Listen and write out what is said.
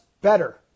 better